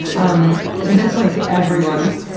um that's, like, everyone's.